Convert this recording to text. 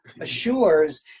assures